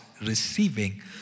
receiving